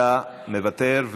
אתה מוותר,